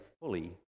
fully